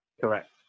Correct